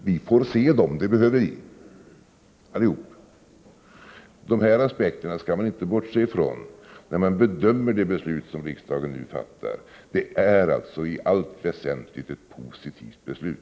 Vi får se dem — det behöver vi alla. Dessa synpunkter skall man inte bortse från när man bedömer det beslut som riksdagen nu fattar. Det är alltså i allt väsentligt ett positivt beslut.